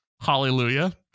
Hallelujah